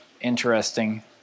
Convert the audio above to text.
interesting